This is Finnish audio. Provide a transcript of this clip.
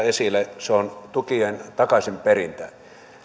esille se on tukien takaisinperintä